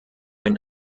ein